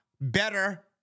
better